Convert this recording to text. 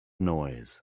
noise